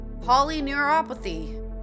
polyneuropathy